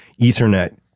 ethernet